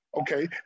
Okay